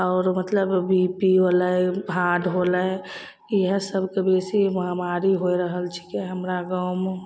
आओर मतलब B P होलय हार्ड होलै इएह सबके बेसी बेमारी हो रहल छिकै हमरा गाँवमे